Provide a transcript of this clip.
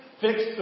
fix